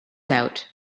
out